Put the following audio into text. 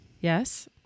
Yes